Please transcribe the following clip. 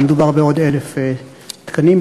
אבל מדובר בעוד 1,000 תקנים.